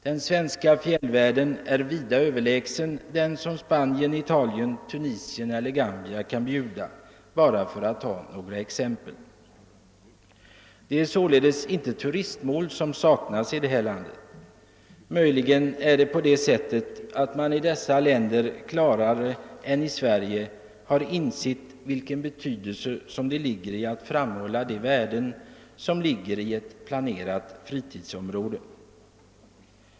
Den svenska fjällvärlden är vida överlägsen den natur som Spanien, Italen, Tunisien eller Gambia kan erbjuda, för att bara ta några exempel. Det är således inte turistmål som saknas. Möjligen har man i dessa länder klarare än i Sverige insett vilken betydelse som ligger i att framhålla de värden som ett planerat fritidsområde innebär.